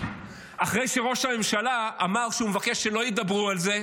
אחרי שראש הממשלה אמר שהוא מבקש שלא ידברו על זה,